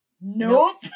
nope